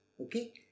okay